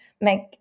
make